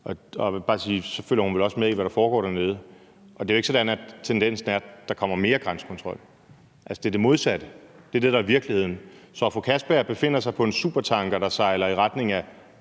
og så følger hun vel også med i, hvad der foregår dernede. Og det er jo ikke sådan, at tendensen er, at der kommer mere grænsekontrol – det er det modsatte. Det er det, der er virkeligheden. Så fru Betina Kastbjerg befinder sig på en supertanker, der sejler i retning af